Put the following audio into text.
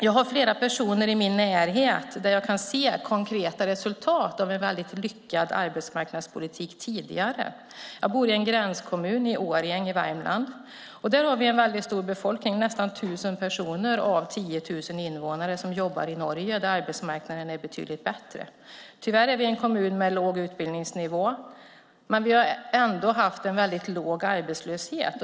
Jag har flera personer i min närhet där jag kan se konkreta resultat av en tidigare mycket lyckad arbetsmarknadspolitik. Jag bor i en gränskommun, Årjäng i Värmland. Där vi har en mycket stor befolkning, nästan 1 000 personer av 10 000 invånare, som jobbar i Norge där arbetsmarknaden är betydligt bättre. Tyvärr är det en kommun med låg utbildningsnivå. Men vi har ändå haft en väldigt låg arbetslöshet.